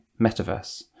metaverse